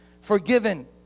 forgiven